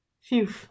Phew